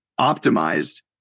optimized